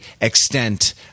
extent